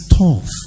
tough